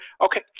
okay